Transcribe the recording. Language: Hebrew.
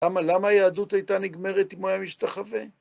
למה היהדות הייתה נגמרת אם הוא היה משתחווה?!